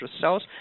cells